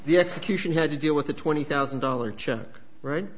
the execution had to deal with a twenty thousand dollars check